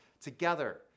together